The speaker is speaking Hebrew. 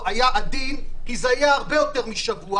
היה עדין כי זה יהיה הרבה יותר משבוע.